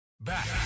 Back